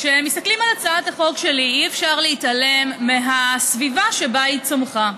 כשמסתכלים על הצעת החוק שלי אי-אפשר להתעלם מהסביבה שבה היא צמחה,